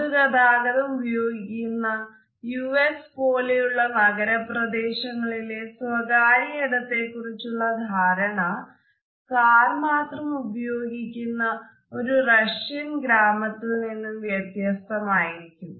പൊതു ഗതാഗതം ഉപയോഗിക്കുന്ന യൂ എസ് പോലുള്ള നഗരപ്രദേശങ്ങളിലെ സ്വകാര്യ ഇടത്തെ കുറിച്ചുള്ള ധാരണ കാർ മാത്രം ഉപയോഗിക്കുന്ന ഒരു റഷ്യൻ ഗ്രാമത്തിൽ നിന്നും വ്യത്യസ്തമായിരിക്കും